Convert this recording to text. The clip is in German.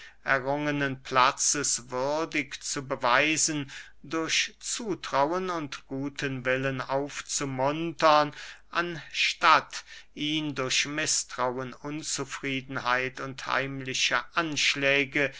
errungenen platzes würdig zu beweisen durch zutrauen und guten willen aufzumuntern anstatt ihn durch mißtrauen unzufriedenheit und heimliche anschläge